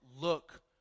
look